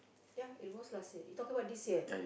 ya it was last year you talking about this year